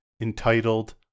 entitled